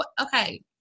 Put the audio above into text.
okay